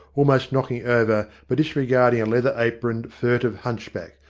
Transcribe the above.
almost knocking over, but disregarding, a leather-aproned, furtive hunchback,